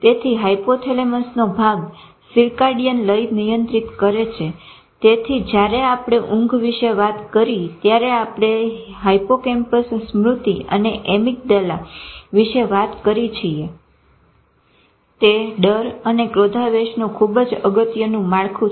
તેથી હાયપોથેલેમસનો ભાગ સીર્કાડીયન લય નિયંત્રિત કરે છે તેથી જયારે આપણે ઊંઘ વિશે વાત કરી ત્યારે આપણે હિપ્પોકેમ્પસ સ્મૃતિ અને એમીગડાલા વિષે વાત કરી છીએ તે ડર અન ક્રોધાવેશનું ખુબ જ અગત્યનું માળખું છે